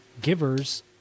givers